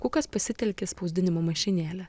kukas pasitelkė spausdinimo mašinėlę